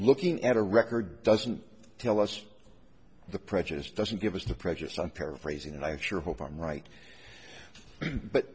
looking at a record doesn't tell us the prejudice doesn't give us the prejudice i'm paraphrasing and i sure hope i'm right but